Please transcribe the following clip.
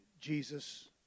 Jesus